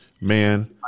Man